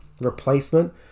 replacement